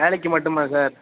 வேலைக்கு மட்டுமா சார்